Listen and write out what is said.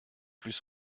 plus